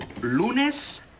Lunes